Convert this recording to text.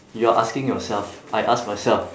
you are asking yourself I ask myself